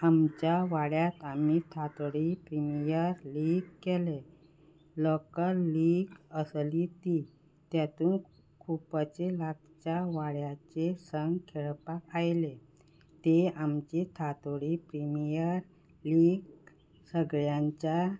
आमच्या वाड्यांत आमी थातोडी प्रिमियर लीग केलें लोकल लीग आसली ती तातूंत खुबशें लागच्या वाड्याचेर सावन खेळपाक आयले ते आमची थातोडी प्रिमियर लीग सगळ्यांच्या